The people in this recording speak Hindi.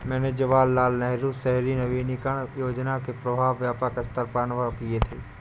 मैंने जवाहरलाल नेहरू शहरी नवीनकरण योजना के प्रभाव व्यापक सत्तर पर अनुभव किये थे